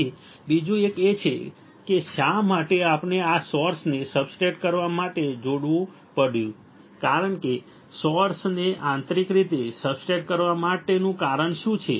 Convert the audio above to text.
તેથી બીજું એક એ છે કે શા માટે આપણે આ સોર્સને સબસ્ટ્રેટ કરવા માટે જોડવું પડ્યું કારણ કે સોર્સને આંતરિક રીતે સબસ્ટ્રેટ કરવા માટેનું કારણ શું છે